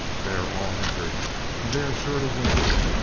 they're all entered and they are sure to win.